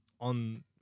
on